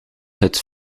het